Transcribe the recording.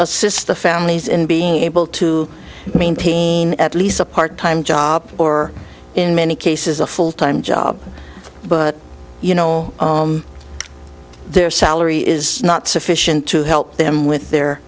assists the families in being able to maintain at least a part time job or in many cases a full time job but you know their salary is not sufficient to help them with their